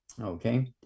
Okay